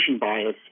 bias